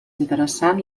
interessant